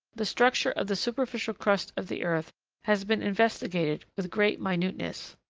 the structure of the superficial crust of the earth has been investigated with great minuteness.